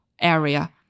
area